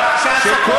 שהטרור,